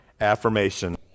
affirmation